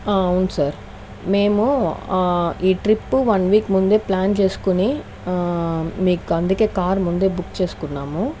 అవును సార్ మేము ఈ ట్రిప్ వన్ వీక్ ముందే ప్లాన్ చేసుకొని మీకు అందుకే కార్ ముందే బుక్ చేసుకున్నాము